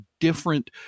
different